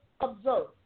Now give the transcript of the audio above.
observe